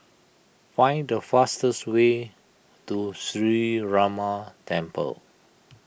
find the fastest way to Sree Ramar Temple